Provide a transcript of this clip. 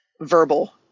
verbal